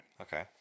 Okay